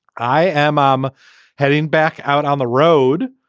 i am i'm heading back out on the road